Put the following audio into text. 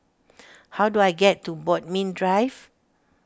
how do I get to Bodmin Drive